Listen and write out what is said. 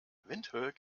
windhoek